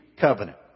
covenant